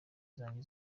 zanjye